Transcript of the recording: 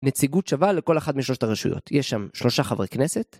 נציגות שווה לכל אחת משלושת הרשויות, יש שם שלושה חברי כנסת.